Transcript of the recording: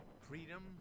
freedom